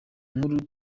nkuru